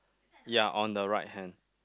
ya on the right hand